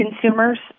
consumers